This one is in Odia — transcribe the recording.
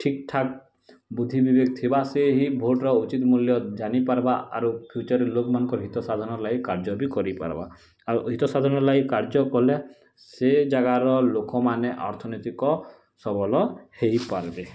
ଠିକ୍ଠାକ୍ ବୁଦ୍ଧି ବିବେକ ଥିବା ସେ ହିଁ ଭୋଟ୍ର ଉଚିତ୍ ମୂଲ୍ୟ ଜାନିପାର୍ବା ଆରୁ ଫିୟୁଚର୍ରେ ଲୋକମାନଙ୍କ ହିତସାଧନ ଲାଗି କାର୍ଯ୍ୟ ବି କରିପାର୍ବା ଆଉ ହିତସାଧନ ଲାଗି କାର୍ଯ୍ୟ କଲେ ସେ ଜାଗାର ଲୋକମାନେ ଅର୍ଥନୀତିକ ସବଲ ହେଇପାର୍ବେ